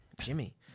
Jimmy